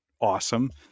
awesome